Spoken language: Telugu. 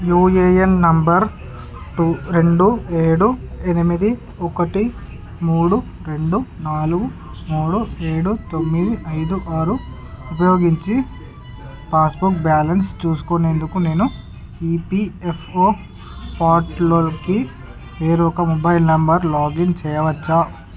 యూఏఎన్ నెంబర్ టూ రెండు ఏడు ఎనిమిది ఒకటి మూడు రెండు నాలుగు మూడు ఏడు తొమ్మిది ఐదు ఆరు ఉపయోగించి పాసుబుక్ బ్యాలన్స్ చూసుకునేందుకు నేను ఈపీఎఫ్ఓ పోర్టులోకి వేరొక మొబైల్ నెంబర్ లాగిన్ చేయవచ్చా